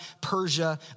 Persia